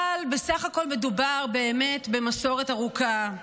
אבל בסך הכול מדובר באמת במסורת ארוכה.